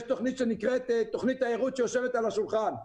יש תכנית שנקראת "תכנית תיירות" שיושבת על השולחן.